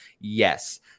Yes